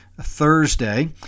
Thursday